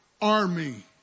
army